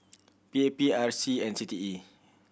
P A P R C and C T E